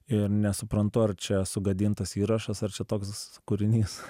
ir nesuprantu ar čia sugadintas įrašas ar čia toks kūrinys